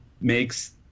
makes